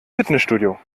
fitnessstudio